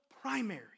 primary